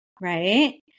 right